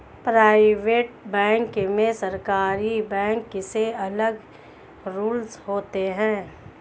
private bank में सरकारी bank से अलग रूल्स होते है